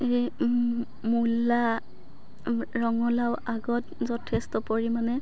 এই মূলা ৰঙলাওৰ আগত যথেষ্ট পৰিমাণে